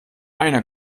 einer